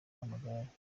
w’amagare